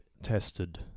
tested